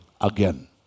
again